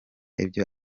ibyo